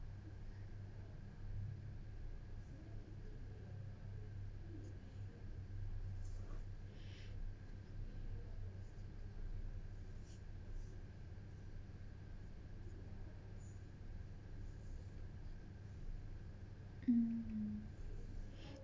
mm